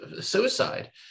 suicide